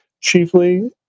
chiefly